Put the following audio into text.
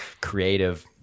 creative